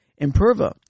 Imperva